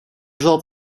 zat